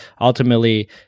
ultimately